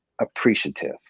appreciative